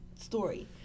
story